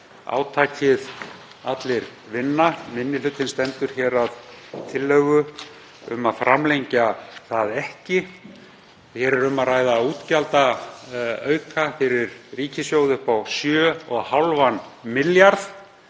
átakið Allir vinna. Minni hlutinn stendur hér að tillögu um að framlengja það ekki. Hér er um að ræða útgjaldaauka fyrir ríkissjóð upp á 7,5 milljarða